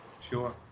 Sure